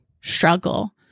struggle